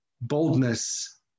boldness